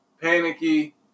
panicky